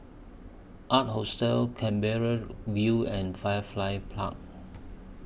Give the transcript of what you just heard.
Ark Hostel Canberra View and Firefly Park